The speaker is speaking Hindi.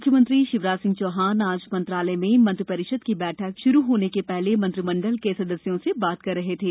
मुख्यमंत्री शिवराज सिंह चौहान आज मंत्रालय में मंत्रि परिषद की बैठक शुरू होने के पहले मंत्रि मंडल के सदस्यों से बात कर रहे थे